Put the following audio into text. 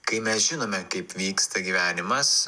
kai mes žinome kaip vyksta gyvenimas